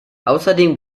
außerdem